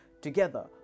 together